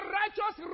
righteous